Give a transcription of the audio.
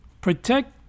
Protect